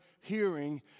hearing